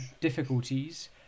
difficulties